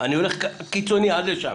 - אני הולך קיצוני עד לשם.